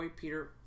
Peter